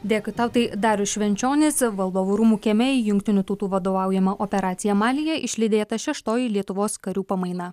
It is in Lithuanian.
dėkui tau tai darius švenčionis valdovų rūmų kieme į jungtinių tautų vadovaujamą operaciją malyje išlydėta šeštoji lietuvos karių pamaina